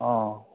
অঁ